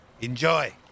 Enjoy